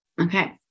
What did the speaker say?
Okay